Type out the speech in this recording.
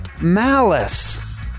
malice